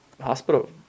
hospital